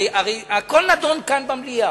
הרי הכול נדון כאן במליאה,